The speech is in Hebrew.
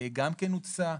גם הוטסה.